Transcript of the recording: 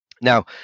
Now